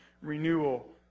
renewal